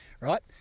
right